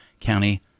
County